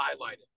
highlighted